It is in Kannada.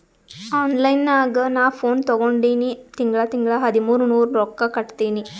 ಆನ್ಲೈನ್ ನಾಗ್ ನಾ ಫೋನ್ ತಗೊಂಡಿನಿ ತಿಂಗಳಾ ತಿಂಗಳಾ ಹದಿಮೂರ್ ನೂರ್ ರೊಕ್ಕಾ ಕಟ್ಟತ್ತಿನಿ